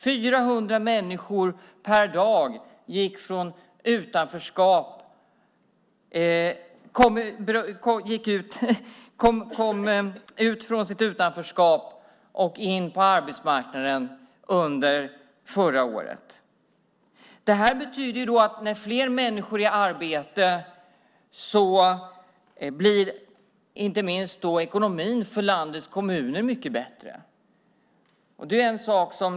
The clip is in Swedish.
400 människor per dag gick från utanförskap in på arbetsmarknaden under förra året. Med fler människor i arbete blir inte minst ekonomin för landets kommuner mycket bättre.